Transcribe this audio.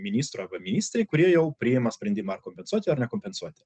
ministro arba ministrai kurie jau priėma sprendimą ar kompensuoti ar nekompensuoti